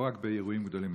לא רק באירועים גדולים,